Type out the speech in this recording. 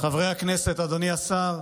חברי הכנסת, אדוני השר,